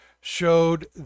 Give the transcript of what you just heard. showed